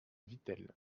vittel